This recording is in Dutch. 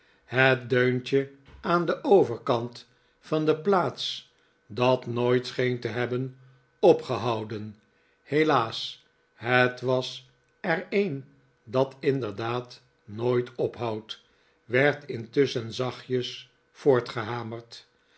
het deuntje aan den overkant van de plaats dat nooit scheen te hebben opgehouden helaas het was er een dat inderdaad nooit ophoudt werd intusschen zachtjes voortgehamerd